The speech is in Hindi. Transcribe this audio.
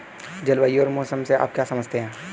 जलवायु और मौसम से आप क्या समझते हैं?